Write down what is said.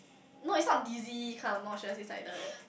no it's not dizzy kind of nauseous it's like the